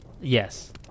Yes